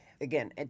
again